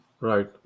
right